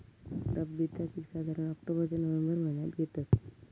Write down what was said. रब्बीचा पीक साधारण ऑक्टोबर ते नोव्हेंबर महिन्यात घेतत